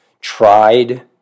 tried